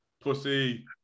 Pussy